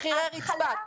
את מורידה לי למחירי רצפה,